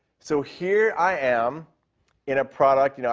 so here i am in a product, you know,